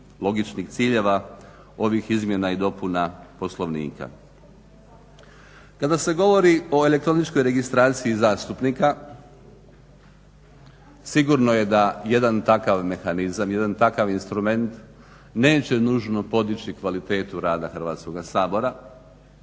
logičnih ciljeva ovih izmjena i dopuna Poslovnika. Kada se govori o elektroničkoj registraciji zastupnika sigurno je da jedan takav mehanizam, jedan takav instrument neće nužno podići kvalitetu rada Hrvatskoga sabora,